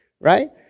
right